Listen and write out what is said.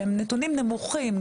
שהם נתונים נמוכים.